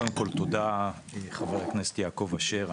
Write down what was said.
קודם כל תודה ח"כ יעקב אשר,